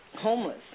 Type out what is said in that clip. homeless